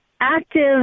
active